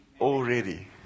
already